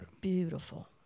beautiful